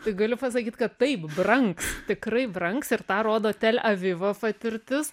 tai galiu pasakyt kad taip brangs tikrai brangs ir tą rodo tel avivo patirtis